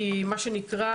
כי מה שנקרא,